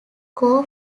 core